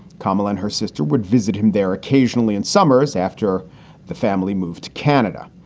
kamala and her sister would visit him there occasionally. and summers after the family moved to canada,